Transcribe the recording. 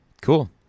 Cool